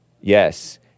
Yes